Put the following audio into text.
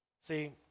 See